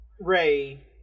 Ray